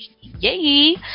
yay